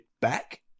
back